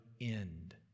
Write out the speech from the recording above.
end